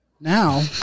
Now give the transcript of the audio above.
Now